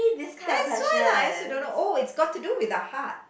that's why lah I also don't know oh it's got to do with the heart